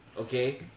Okay